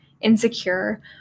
insecure